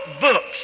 books